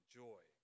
joy